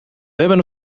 hebben